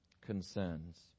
concerns